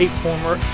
former